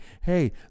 hey